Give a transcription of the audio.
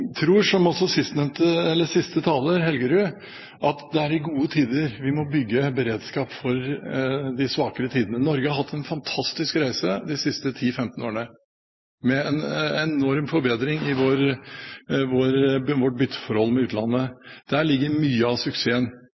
tror, som også siste taler, Helgerud, at det er i gode tider vi må bygge beredskap for de svakere tidene. Norge har hatt en fantastisk reise de siste 10–15 årene, med en enorm forbedring i vårt bytteforhold med utlandet. Der ligger mye av suksessen.